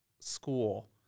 school